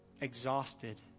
exhausted